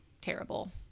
terrible